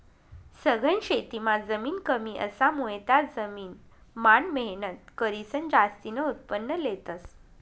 सघन शेतीमां जमीन कमी असामुये त्या जमीन मान मेहनत करीसन जास्तीन उत्पन्न लेतस